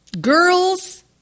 Girls